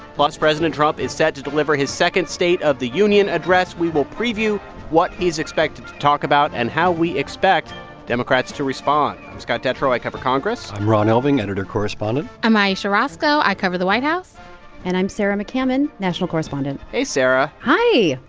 plus, president trump is set to deliver his second state of the union address. we will preview what he's expected to talk about and how we expect democrats to respond i'm scott detrow. i cover congress i'm ron elving, editor-correspondent i'm ayesha rascoe. i cover the white house and i'm sarah mccammon, national correspondent hey, sarah hi.